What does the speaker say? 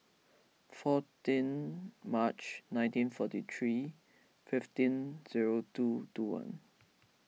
fourteen March nineteen forty three fifteen zero two two one